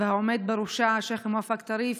והעומד בראשה, השייח' מואפק טריף.